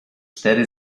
cztery